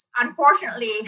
unfortunately